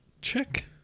Check